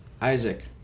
Isaac